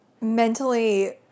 mentally